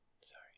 Sorry